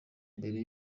mbere